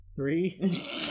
Three